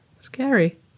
Scary